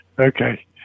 Okay